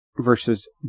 versus